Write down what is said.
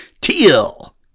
Teal